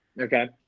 Okay